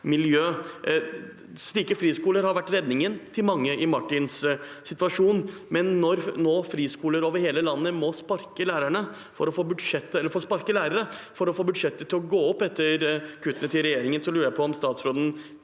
Slike friskoler har vært redningen for mange i Martins situasjon, men når friskoler over hele landet nå må sparke lærere for å få budsjettet til å gå opp etter kuttet til regjeringen, lurer jeg på om statsråden